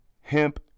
hemp